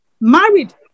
married